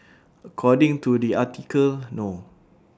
according to the article no